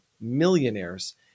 millionaires